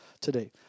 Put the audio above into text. today